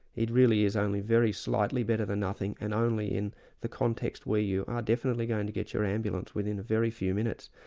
it really is only very slightly better than nothing, and only in the context where you are definitely going to get your ambulance within a very few minutes.